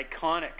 iconic